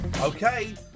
Okay